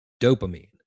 dopamine